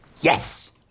Yes